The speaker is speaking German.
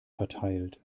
verteilt